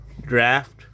draft